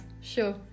sure